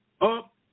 up